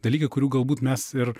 dalykai kurių galbūt mes ir